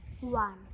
one